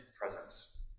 presence